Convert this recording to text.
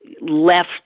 left